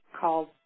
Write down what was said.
called